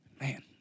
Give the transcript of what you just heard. man